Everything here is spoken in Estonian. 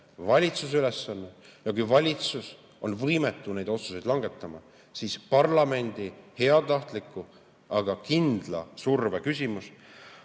valitsuse ülesanne. Kui valitsus on võimetu neid otsuseid langetama, siis parlamendi heatahtlik, aga kindel surve on